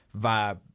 vibe